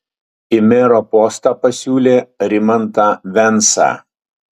į mero postą pasiūlė rimantą vensą